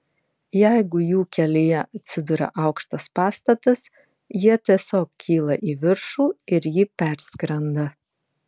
jeigu jų kelyje atsiduria aukštas pastatas jie tiesiog kyla į viršų ir jį perskrenda